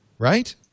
right